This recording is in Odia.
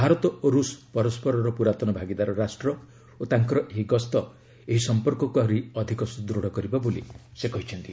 ଭାରତ ଓ ରୁଷ୍ ପରସ୍କରର ପୁରାତନ ଭାଗିଦାର ରାଷ୍ଟ୍ର ଓ ତାଙ୍କର ଏହି ଗସ୍ତ ଏହି ସଂପର୍କକୁ ଆହୁରି ଅଧିକ ସୁଦୃଢ଼ କରିବ ବୋଲି ସେ କହିଛନ୍ତି